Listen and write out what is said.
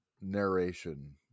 narration